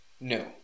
No